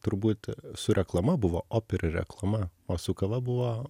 turbūt su reklama buvo op ir reklama o su kava buvo